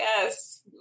Yes